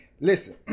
Listen